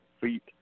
feet